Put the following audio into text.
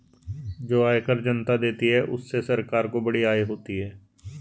जो आयकर जनता देती है उससे सरकार को बड़ी आय होती है